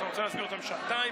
אתה רוצה להסביר אותם שעתיים?